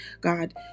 God